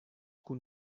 kun